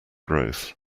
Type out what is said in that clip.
growth